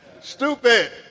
stupid